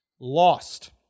lost